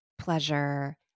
pleasure